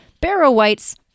Barrow-whites